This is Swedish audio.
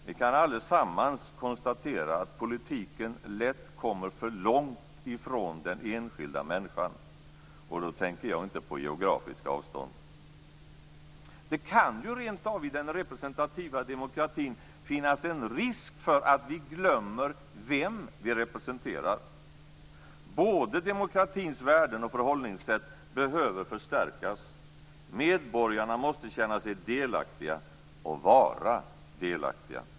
Vi kan allesammans konstatera att politiken lätt kommer för långt från den enskilda människan, och då tänker jag inte på geografiska avstånd. Det kan ju rent av i den representativa demokratin finnas en risk för att vi glömmer vem vi representerar. Både demokratins värden och förhållningssätt behöver förstärkas. Medborgarna måste känna sig delaktiga och vara delaktiga.